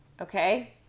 okay